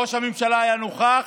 ראש הממשלה היה נוכח,